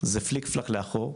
זה פליק פלאק לאחור,